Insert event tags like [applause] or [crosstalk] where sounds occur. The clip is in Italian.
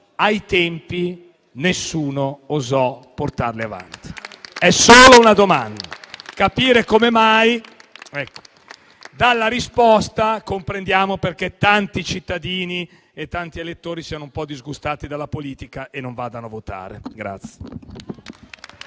ai tempi nessuno osò portare avanti? [applause] È solo una domanda, vorrei capire come mai. Dalla risposta comprendiamo perché tanti cittadini e tanti elettori siano un po' disgustati dalla politica e non vadano a votare.